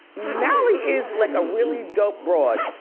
mally is like a really dope broad.